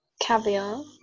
Caviar